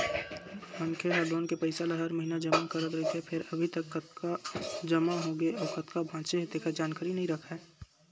मनखे ह लोन के पइसा ल हर महिना जमा करत रहिथे फेर अभी तक कतका जमा होगे अउ कतका बाचे हे तेखर जानकारी नइ राखय